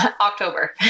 October